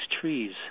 trees